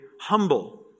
humble